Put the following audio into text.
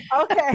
Okay